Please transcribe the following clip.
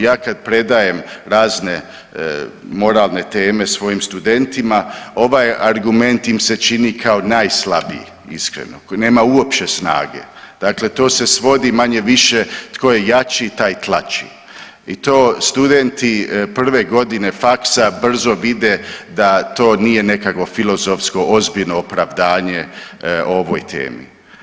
Ja kad predajem razne moralne teme svojim studentima ovaj argument im se čini kao najslabiji iskreno, nema uopće snage, dakle to se svodi manje-više tko je jači taj tlači i to studenti prve godine faksa brzo vide da to nije nekakvo filozofsko ozbiljno opravdanje o ovoj temi.